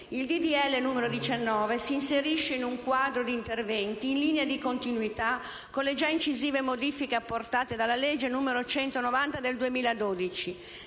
legge n. 19 si inserisce in un quadro di interventi in linea di continuità con le già incisive modifiche apportate dalla legge n. 190 del 2012,